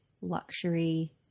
luxury